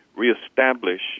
reestablish